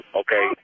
okay